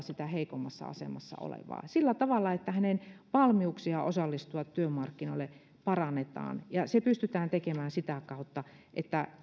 sitä heikommassa asemassa olevaa sillä tavalla että hänen valmiuksiaan osallistua työmarkkinoille parannetaan se pystytään tekemään sitä kautta että